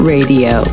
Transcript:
Radio